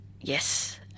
yes